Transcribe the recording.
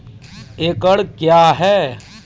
एकड कया हैं?